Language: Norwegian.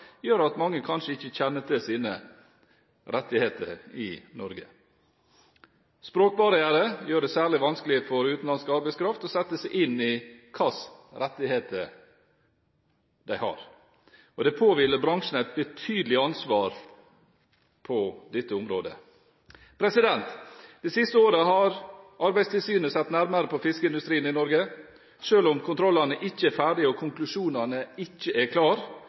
gjør at mange kanskje ikke kjenner til sine rettigheter i Norge. Språkbarriere gjør det særlig vanskelig for utenlandsk arbeidskraft å sette seg inn hvilke rettigheter de har. Det påhviler bransjen et betydelig ansvar på dette området. Det siste året har Arbeidstilsynet sett nærmere på fiskeindustrien i Norge, og selv om kontrollene ikke er ferdige og konklusjonene ikke er